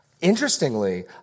Interestingly